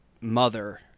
mother